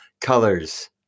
colors